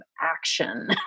action